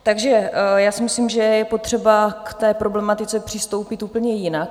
Takže já si myslím, že je potřeba k té problematice přistoupit úplně jinak.